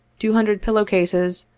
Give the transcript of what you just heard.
two hundred pillow cases,